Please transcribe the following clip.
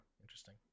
Interesting